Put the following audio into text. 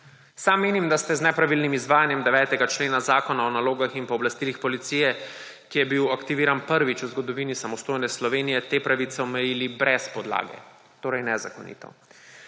Sam menim, da ste z nepravilnim izvajanjem 9. člena Zakona o nalogah in pooblastilih policije, ki je bil aktiviran prvič v zgodovini samostojne Slovenije, te pravice omejili brez podlage, torej nezakonito.